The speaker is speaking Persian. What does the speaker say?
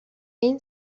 این